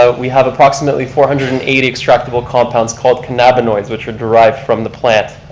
ah we have approximately four hundred and eighty extractable compounds called cannabinoids which are derived from the plant.